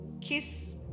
kiss